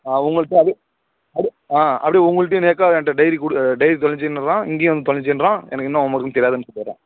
உங்கள்ட்ட அதே அதே அப்படியே உங்கள்ட்டேயும் நேக்காக என்கிட்ட டைரி டைரி தொலஞ்சிச்சின்றான் இங்கேயும் வந்து தொலஞ்சிச்சின்றான் எனக்கு என்ன ஹோம் ஒர்க்குனு தெரியாதுனு சொல்லிடுறான்